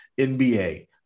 NBA